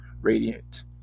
radiant